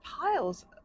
piles